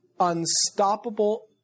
Unstoppable